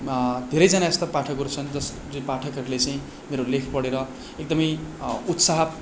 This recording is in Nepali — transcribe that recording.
धेरैजना यस्ता पाठकहरू छन् जस जो पाठकहरूले चाहिँ मेरो लेख पढेर एकदमै उत्साह